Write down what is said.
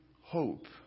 hope